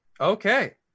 okay